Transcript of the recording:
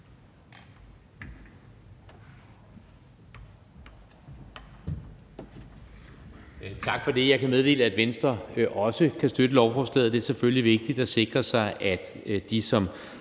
Tak for det. Jeg kan meddele, at Venstre også kan støtte lovforslaget. Det er selvfølgelig vigtigt at sikre sig, at de,